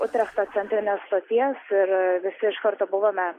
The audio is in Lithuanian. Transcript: utrechto centrinės stoties ir visi iš karto buvome